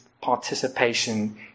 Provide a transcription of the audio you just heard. participation